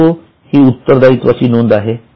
ऋणको हि उत्तरदायित्वाची नोंद आहे